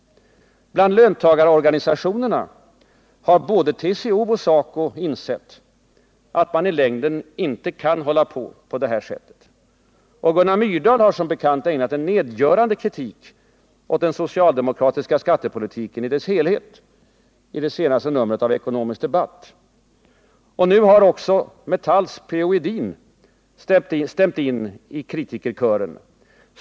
Bland löntagarorganisationerna har både TCO och SACO insett att man i längden inte kan hålla på så här. Och Gunnar Myrdal har ju ägnat en nedgörande kritik åt den socialdemokratiska skattepolitiken i dess helhet i det senaste numret av Ekonomisk Debatt. Nu har också Metalls P. O. Edin stämt in i kritikerkören.